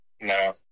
No